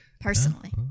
Personally